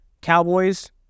Cowboys